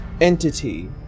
entity